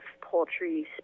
poultry